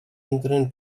entren